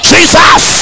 Jesus